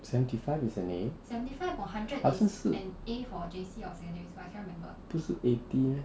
seventy five is an A 好像是不是 eighty meh